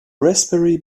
raspberry